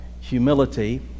humility